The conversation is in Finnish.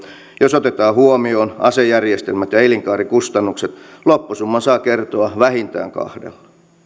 jos otetaan huomioon asejärjestelmät ja ja elinkaarikustannukset loppusumman saa kertoa vähintään kahdella